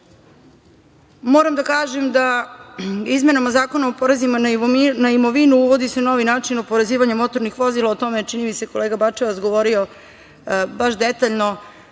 da kažem da izmenama Zakona o porezima na imovinu uvodi se novi način oporezivanja motornih vozila, o tome je, čini mi se, kolega Bačevac govorio baš detaljno,